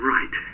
Right